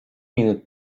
minut